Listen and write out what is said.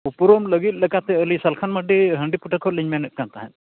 ᱩᱯᱨᱩᱢ ᱞᱟᱹᱜᱤᱫ ᱞᱮᱠᱟᱛᱮ ᱟᱹᱞᱤᱧ ᱥᱟᱞᱠᱷᱟᱱ ᱢᱟᱨᱰᱤ ᱦᱟᱺᱰᱤᱯᱚᱴᱟ ᱠᱷᱚᱱᱞᱤᱧ ᱢᱮᱱᱮᱫ ᱠᱟᱱ ᱛᱟᱦᱮᱸᱫ